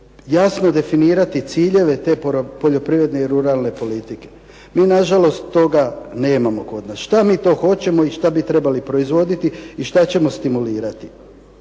jasno definirati ciljeve te poljoprivredne i ruralne politike. Mi nažalost toga nemamo kod nas. Šta mi to hoćemo i šta bi trebali proizvoditi i šta ćemo stimulirati?